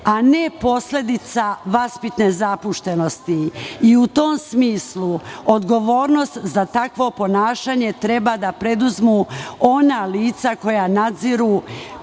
a ne posledica vaspitne zapuštenosti. U tom smislu, odgovornost za takvo ponašanje treba da preduzmu ona lica koja nadziru